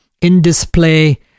in-display